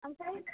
आमफ्राय